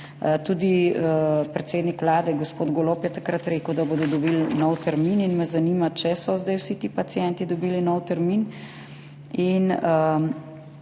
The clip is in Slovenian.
Tudi predsednik Vlade gospod Golob je takrat rekel, da bodo dobili nov termin, in me zanima, ali so zdaj vsi ti pacienti dobili nov termin.